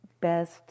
best